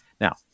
Now